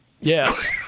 Yes